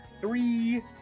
three